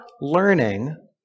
learning—